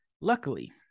luckily